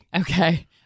Okay